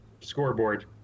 scoreboard